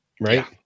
Right